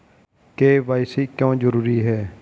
KYC क्यों जरूरी है?